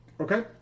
Okay